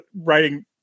writing